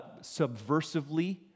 subversively